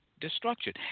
destruction